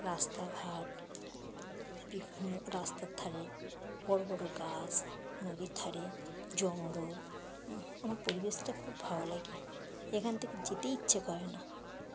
রাস্তাঘাট বিভিন্ন রাস্তার ধারে বড়ো বড়ো গাছ নদীর ধারে জঙ্গল আমার পরিবেশটা খুব ভালো লাগে এখান থেকে যেতেই ইচ্ছে করে না